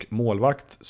målvakt